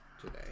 today